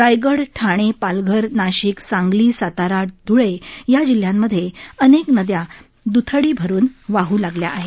रायगड ठाणे पालघर नाशिक सांगली सातारा ध्ळे या जिल्ह्यांमधे अनेक नदया दुथडी भरुन वाह लागल्या आहेत